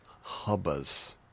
hubba's